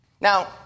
Now